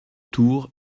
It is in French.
tour